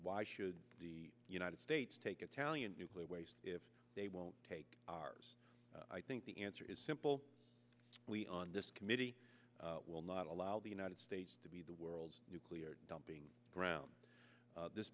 why should the united states take italian nuclear waste if they won't take ours i think the answer is simple we on this committee will not allow the united states to be the world's nuclear dumping ground this